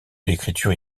l’écriture